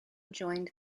joined